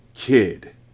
Kid